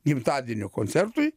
gimtadienio koncertui